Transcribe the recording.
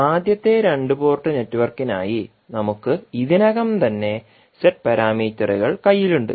ആദ്യത്തെ രണ്ട് പോർട്ട് നെറ്റ്വർക്കിനായി നമുക്ക് ഇതിനകം തന്നെ ഇസഡ് പാരാമീറ്ററുകൾ കയ്യിലുണ്ട്